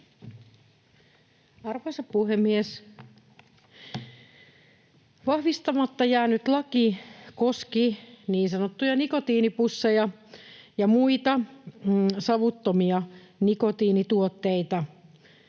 Arvoisa puhemies! Vahvistamatta jäänyt laki koski niin sanottuja nikotiinipusseja ja muita savuttomia nikotiinituotteita.